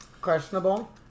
Questionable